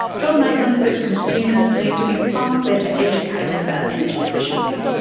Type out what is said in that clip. john maitland says consumers need to be far better educated about energy efficiency,